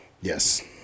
Yes